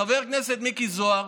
חבר הכנסת מיקי זוהר,